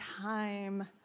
time